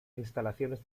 instalaciones